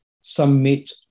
submit